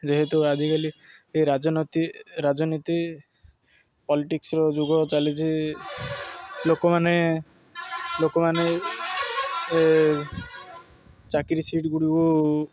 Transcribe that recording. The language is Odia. ଯେହେତୁ ଆଜିକାଲି ଏ ରାଜନୈତି ରାଜନୀତି ପଲିଟିକ୍ସର ଯୁଗ ଚାଲିଛି ଲୋକମାନେ ଲୋକମାନେ ଚାକିରି ସିଟ୍ ଗୁଡ଼ିକୁ